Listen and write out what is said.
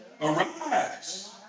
Arise